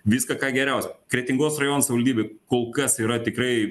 viską ką geriausia kretingos rajono savaldybė kol kas yra tikrai